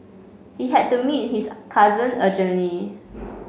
he had to meet his cousin urgently